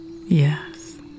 Yes